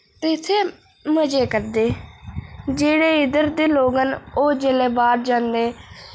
ते इत्थै मजे करदे जेह्ड़े इद्धर दे लोक न ओह् जेल्लै बाह्र जन्दे